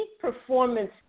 performance